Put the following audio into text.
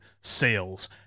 sales